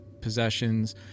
possessions